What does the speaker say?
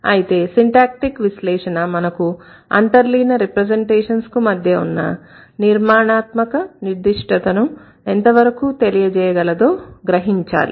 అయితే సిన్టాక్టీక్ విశ్లేషణ మనకు అంతర్లీన రిప్రజెంటేషన్స్ కు మధ్య ఉన్న నిర్మాణాత్మక నిర్దిష్టతను ఎంతవరకు తెలియజేయగలదో గ్రహించాలి